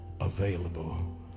available